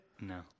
No